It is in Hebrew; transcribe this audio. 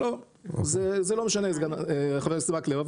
זה לא משנה, חבר הכנסת מקלב.